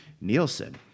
Nielsen